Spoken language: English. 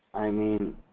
i mean,